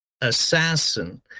assassin